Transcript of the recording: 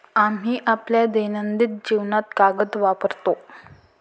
आम्ही आपल्या दैनंदिन जीवनात कागद वापरतो